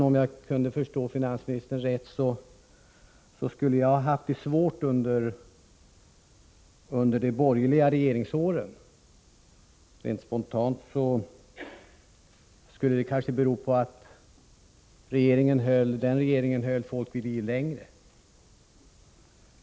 Om jag förstod finansministern rätt menade han att jag skulle ha haft det svårt under de borgerliga regeringsåren. Rent spontant skulle jag vilja säga att det kan ha berott på att den regeringen höll folk vid liv längre.